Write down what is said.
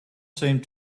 seemed